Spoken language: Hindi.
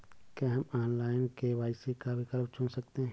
क्या हम ऑनलाइन के.वाई.सी का विकल्प चुन सकते हैं?